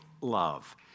love